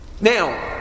Now